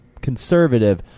conservative